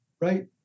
Right